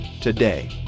today